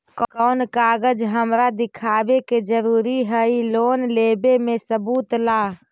कौन कागज हमरा दिखावे के जरूरी हई लोन लेवे में सबूत ला?